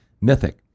mythic